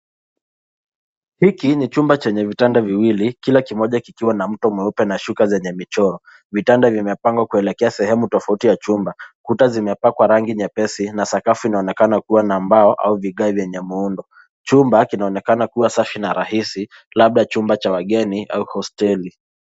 Hiki ni chumba chenye vitanda viwili, kila kimoja kikiwa na mto mweupe na shuka yenye michoro. Vitanda vimepangwa kuelekea sehemu tofauti ya chumba, kuta zimepakwa rangi nyepesi, na sakafu inaonekana kuwa na mbao, au vigae vyenye muundo. Chumba kinaonekana kuwa safi na rahisi, labda chumba cha wageni, au hosteli.